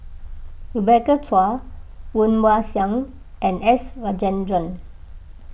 Rebecca Chua Woon Wah Siang and S Rajendran